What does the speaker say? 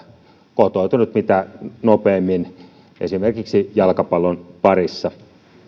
kotoutunut mitä nopeimmin esimerkiksi jalkapallon parissa